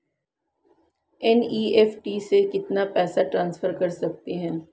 NEFT से कितना पैसा ट्रांसफर कर सकते हैं?